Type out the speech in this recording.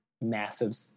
massive